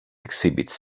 exhibits